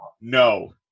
No